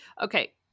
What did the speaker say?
Okay